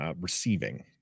receiving